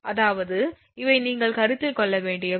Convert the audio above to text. அதாவது இவை நீங்கள் கருத்தில் கொள்ள வேண்டியவை